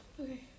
Okay